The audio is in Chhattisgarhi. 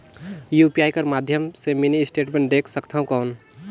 यू.पी.आई कर माध्यम से मिनी स्टेटमेंट देख सकथव कौन?